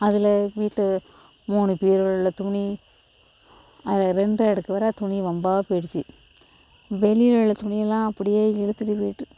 அதில் வீட்டு மூணு பீரோவில் துணி அது ரெண்டு அடுக்கு வேறு துணி ரொம்பா போய்டிச்சு வெளியில் உள்ள துணி எல்லாம் அப்படியே இழுத்துட்டு போய்விட்டு